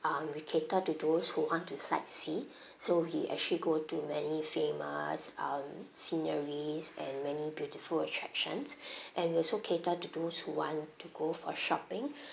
um we cater to those who want to sight see so we actually go to many famous um sceneries and many beautiful attractions and we also cater to those who want to go for shopping